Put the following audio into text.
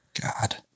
God